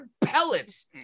pellets